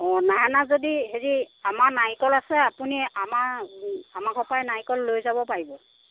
অ নাই অনা যদি হেৰি আমাৰ নাৰিকল আছে আপুনি আমাৰ আমাৰ ঘৰৰ পৰাই নাৰিকল লৈ যাব পাৰিব